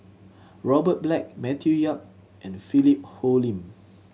Robert Black Matthew Yap and Philip Hoalim